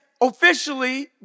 officially